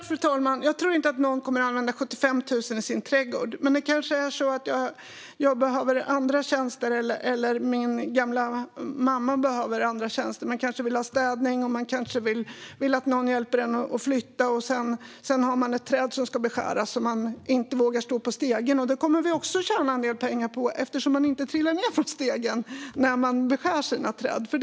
Fru talman! Jag tror inte att någon kommer att dra av för 75 000 kronor när det gäller trädgården, men man kanske behöver andra tjänster. Kanske behöver ens gamla mamma andra tjänster. Man kanske vill ha städning, och man kanske vill att någon hjälper en att flytta. Sedan har man ett träd som ska beskäras, men man vågar inte stå på stegen. Det kommer vi också att tjäna en del pengar på, eftersom man då inte trillar ned från stegen för att man beskär sina träd själv.